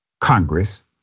Congress